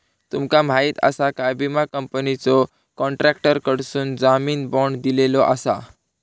तुमका माहीत आसा काय, विमा कंपनीने कॉन्ट्रॅक्टरकडसून जामीन बाँड दिलेलो आसा